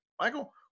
Michael